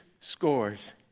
scores